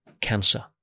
cancer